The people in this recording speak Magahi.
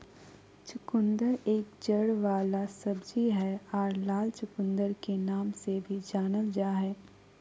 चुकंदर एक जड़ वाला सब्जी हय आर लाल चुकंदर के नाम से भी जानल जा हय